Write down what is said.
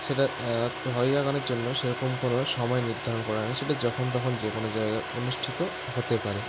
সেটা ভাওয়াইয়া গানের জন্য সেরকম কোনও সময় নির্ধারণ করা হয় না সেটা যখন তখন যে কোনও জায়গায় অনুষ্ঠিত হতে পারে